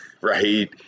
right